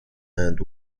and